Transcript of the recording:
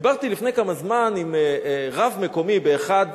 דיברתי לפני כמה זמן עם רב מקומי באחד